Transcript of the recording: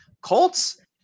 Colts